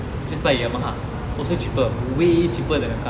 just buy yamaha also cheaper way cheaper than a car